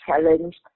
challenged